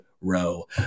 row